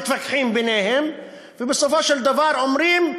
מתווכחים ביניהם ובסופו של דבר אומרים: